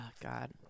God